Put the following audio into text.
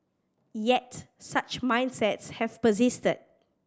yet such mindsets have persisted